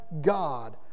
God